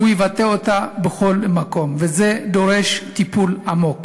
יבטא אותה בכל מקום, וזה דורש טיפול עמוק.